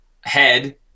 head